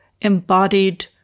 embodied